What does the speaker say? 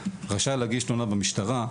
רשאי להגיש תלונות במשטרה,